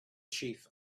chief